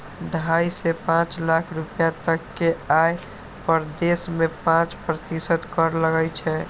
ढाइ सं पांच लाख रुपैया तक के आय पर देश मे पांच प्रतिशत कर लागै छै